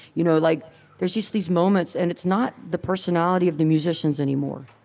you know like there's just these moments, and it's not the personality of the musicians anymore.